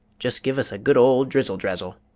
just give us a good old drizzle-drazzle.